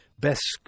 best